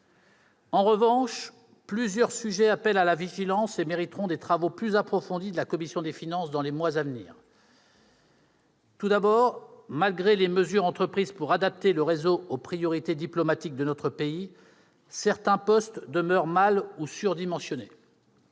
En revanche, plusieurs sujets appellent à la vigilance et mériteront des travaux plus approfondis de la commission des finances dans les mois à venir. Tout d'abord, malgré les mesures entreprises pour adapter le réseau aux priorités diplomatiques de notre pays, certains postes demeurent mal dimensionnés